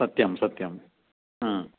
सत्यं सत्यं